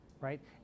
Right